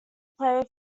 play